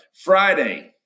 Friday